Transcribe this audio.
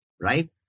right